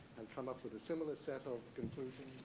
and come up with a similar set of conclusions?